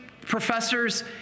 professor's